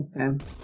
Okay